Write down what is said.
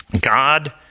God